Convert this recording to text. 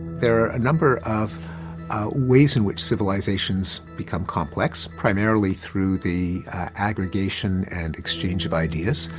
there are a number of ways in which civilizations become complex, primarily through the aggregation and exchange of ideas.